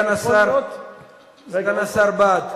סגן השר בעד.